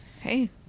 Hey